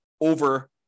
over